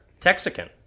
Texican